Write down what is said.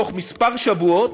תוך מספר שבועות,